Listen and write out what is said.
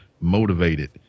motivated